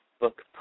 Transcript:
book